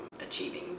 achieving